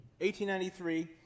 1893